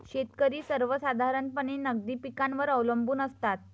शेतकरी सर्वसाधारणपणे नगदी पिकांवर अवलंबून असतात